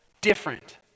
different